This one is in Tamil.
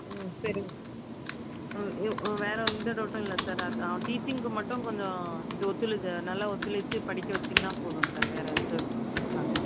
சரிங்க ம் யூ வேறு எந்த டவுட்டும் இல்லை சார் அத் அவன் டீச்சிங்க்கு மட்டும் கொஞ்சோம் ஒத்துல நல்லா ஒத்துழைச்சி படிக்க வைச்சீங்கன்னா போதும் சார் வேறு எந்த பிரச்சனை இல்லை